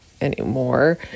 anymore